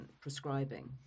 prescribing